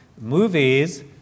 movies